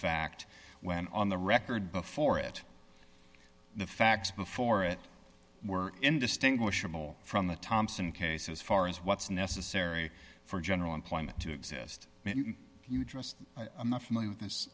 fact when on the record before it the facts before it were indistinguishable from the thompson cases far as what's necessary for general employment to exist you just i'm not familiar with this